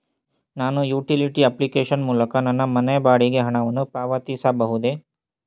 ನಾನು utility application ಮೂಲಕ ನನ್ನ ಮನೆ ಬಾಡಿಗೆ ಹಣವನ್ನು ಪಾವತಿಸಬಹುದೇ?